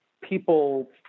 people